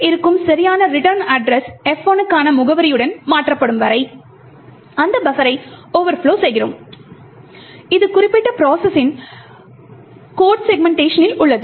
ஸ்டாக்கில் இருக்கும் சரியான ரிட்டர்ன் அட்ரஸ் F1 க்கான முகவரியுடன் மாற்றப்படும் வரை நாம் பஃபரை ஓவர்ப்லொ செய்கிறோம் இது குறிப்பிட்ட ப்ரோசஸின் கோட் செக்மென்ட்டேஷனில் உள்ளது